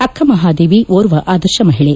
ಅಕ್ಕಮಪಾದೇವಿ ಓರ್ವ ಆದರ್ಶ ಮಹಿಳೆ